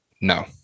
No